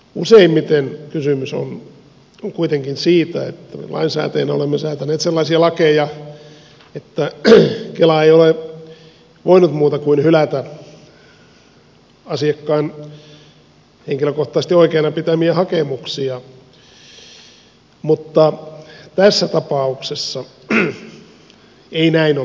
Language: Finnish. useimmiten kysymys on kuitenkin siitä että lainsäätäjinä olemme säätäneet sellaisia lakeja että kela ei ole voinut muuta kuin hylätä asiakkaan henkilökohtaisesti oikeana pitämiä hakemuksia mutta tässä tapauksessa ei näin ole käynyt